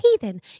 heathen